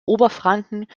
oberfranken